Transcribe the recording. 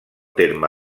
terme